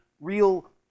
real